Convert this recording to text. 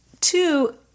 Two